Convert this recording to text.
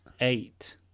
Eight